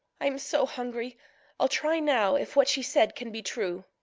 i am so hungry i'll try now if what she said can be true.